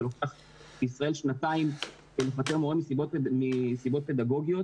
זה לוקח בישראל שנתיים לפטר מורה מסיבות פדגוגיות,